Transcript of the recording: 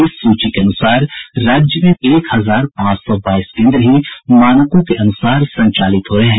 इस सूची के अनुसार राज्य में मात्र एक हजार पांच सौ बाईस केन्द्र ही मानकों के अनुसार संचालित हो रहे हैं